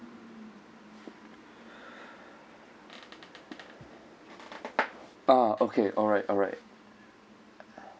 ah okay alright alright